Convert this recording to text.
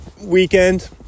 weekend